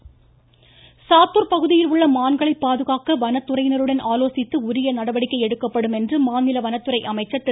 திண்டுக்கல் சீனிவாசன் சாத்தூர் பகுதியில் உள்ள மான்களை பாதுகாக்க வனத்துறையினருடன் ஆலோசித்து உரிய நடவடிக்கை எடுக்கப்படும் என்று மாநில வனத்துறை அமைச்சர் திரு